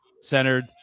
centered